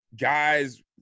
guys